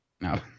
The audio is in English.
No